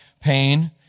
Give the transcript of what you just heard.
pain